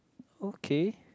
okay